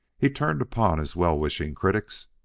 he turned upon his well-wishing critics.